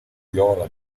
viola